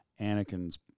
Anakin's